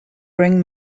bring